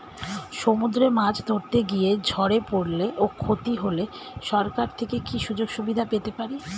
সমুদ্রে মাছ ধরতে গিয়ে ঝড়ে পরলে ও ক্ষতি হলে সরকার থেকে কি সুযোগ সুবিধা পেতে পারি?